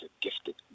gifted